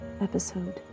episode